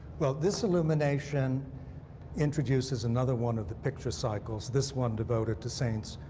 well, this illumination introduces another one of the picture cycles, this one devoted to saints.